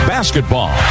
Basketball